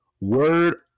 word